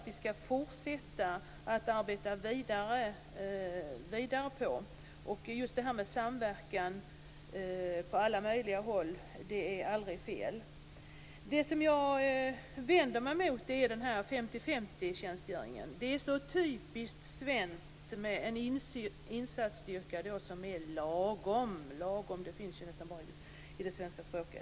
Vi bör fortsätta att arbeta med detta. Det är aldrig fel med samverkan åt alla möjliga håll. Det som jag vänder mig mot är 50-50 tjänstgöringen. Det är så typiskt svenskt med en insatsstyrka som är lagom. Begreppet lagom finns ju nästan bara i det svenska språket.